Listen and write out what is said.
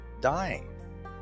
dying